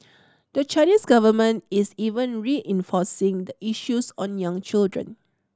the Chinese government is even reinforcing the issues on young children